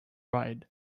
ride